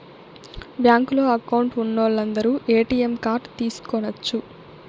బ్యాంకులో అకౌంట్ ఉన్నోలందరు ATM card తీసుకొనచ్చు